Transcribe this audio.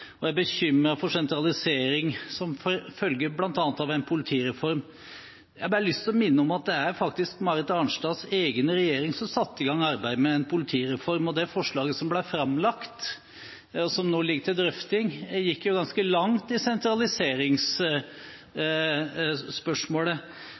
og er bekymret for sentralisering som følge bl.a. av en politireform. Jeg har bare lyst til å minne om at det var faktisk Marit Arnstads egen regjering som satte i gang arbeidet med en politireform. Og det forslaget som ble framlagt, som nå ligger til drøfting, gikk ganske langt i